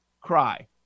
Cry